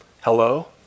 Hello